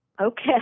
okay